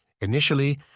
Initially